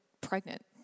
pregnant